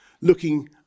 looking